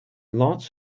lots